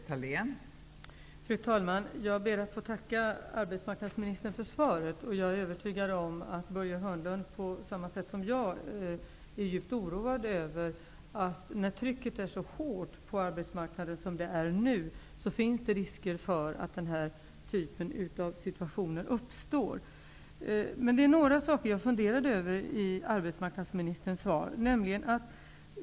Fru talman! Jag ber att få tacka arbetsmarknadsministern för svaret. Jag är övertygad om att Börje Hörnlund, på samma sätt som jag, är djupt oroad över att det finns risker för att den här typen av situationer uppstår när trycket på arbetsmarknaden är så hårt som det är nu. Det är några saker som jag funderar över i arbetsmarknadsministerns svar.